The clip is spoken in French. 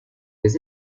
les